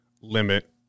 limit